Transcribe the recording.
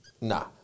Nah